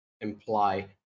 imply